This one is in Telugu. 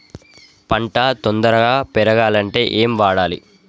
పంట తొందరగా పెరగాలంటే ఏమి వాడాలి?